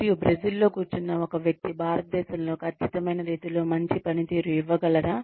మరియు బ్రెజిల్లో కూర్చున్న ఒక వ్యక్తి భారతదేశంలో ఖచ్చితమైన రీతిలో మంచి పనితీరు ఇవ్వగలరా